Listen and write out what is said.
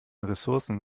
ressourcen